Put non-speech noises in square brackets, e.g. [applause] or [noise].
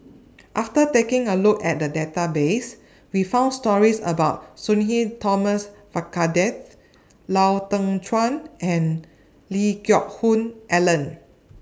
[noise] after taking A Look At The Database We found stories about Sudhir Thomas Vadaketh Lau Teng Chuan and Lee Geck Hoon Ellen